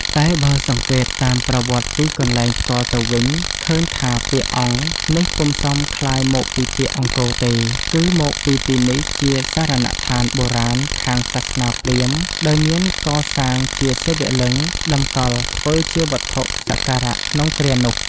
តែបើសង្កេត តាមប្រវត្តិទីកន្លែង ផ្ទាល់ទៅវិញ ឃើញថាពាក្យ "អង្គ" នេះពុំសមក្លាយមកពីពាក្យ "អង្គរ" ទេ គឺមកពីទីនេះជាសរណដ្ឋានបុរាណខាងសាសនាព្រាហ្មណ៍ដោយមានកសាងជាសិវលិង្គ តម្កល់ធ្វើជាវត្ថុសក្ការក្នុងគ្រានោះ ។